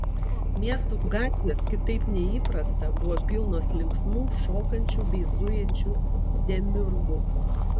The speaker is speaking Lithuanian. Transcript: miestų gatvės kitaip nei įprasta buvo pilnos linksmų šokančių bei zujančių demiurgų